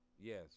yes